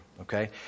okay